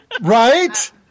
Right